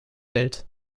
welt